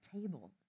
table